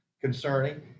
concerning